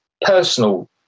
personal